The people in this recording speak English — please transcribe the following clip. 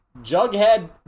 Jughead